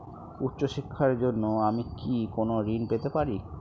উচ্চশিক্ষার জন্য আমি কি কোনো ঋণ পেতে পারি?